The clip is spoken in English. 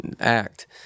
act